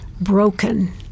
broken